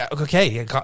Okay